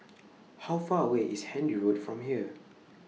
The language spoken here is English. How Far away IS Handy Road from here